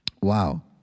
Wow